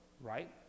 right